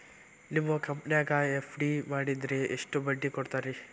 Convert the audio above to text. ನಿಮ್ಮ ಕಂಪನ್ಯಾಗ ಎಫ್.ಡಿ ಮಾಡಿದ್ರ ಎಷ್ಟು ಬಡ್ಡಿ ಕೊಡ್ತೇರಿ?